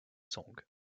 song